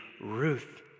Ruth